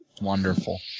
Wonderful